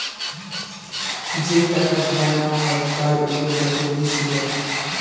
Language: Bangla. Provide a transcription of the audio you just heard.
যেই টাকা ধার নেওয়া হয় তার উপর চক্রবৃদ্ধি সুদ হয়